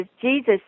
Jesus